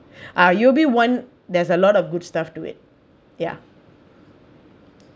ah you'll be one there's a lot of good stuff to it ya